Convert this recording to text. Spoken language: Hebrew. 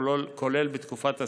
כולל בתקופות הסגר,